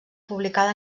publicada